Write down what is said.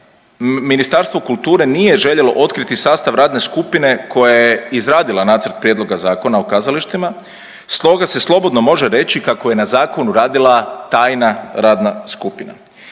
Ministarstvo kulture nije željelo otkriti sastav radne skupine koja je izradila nacrt prijedloga Zakona o kazalištima, stoga se slobodno može reći kako je na zakonu radila tajna radna skupina.